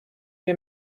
wir